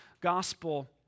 gospel